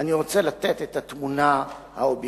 אני רוצה לתת את התמונה האובייקטיבית.